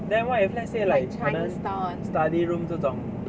then what if let's say like 可能 study room 这种